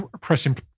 pressing